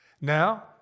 Now